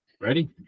Ready